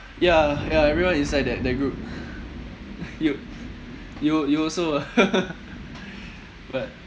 ya ya everyone inside that that group you you you also ah what